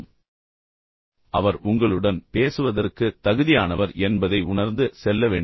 அந்த நபர் வந்துவிட்டார் அவர் அல்லது அவள் உங்களுடன் பேசுவதற்கு தகுதியானவர் என்பதை உணர்ந்து செல்ல வேண்டும்